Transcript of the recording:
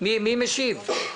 מי משיב?